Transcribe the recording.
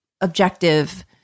objective